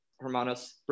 hermanos